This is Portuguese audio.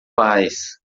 pais